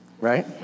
Right